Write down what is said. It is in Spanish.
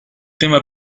tema